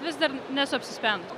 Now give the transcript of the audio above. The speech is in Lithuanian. vis dar nesu apsispręndus